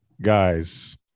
guys